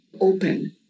open